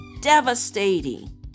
devastating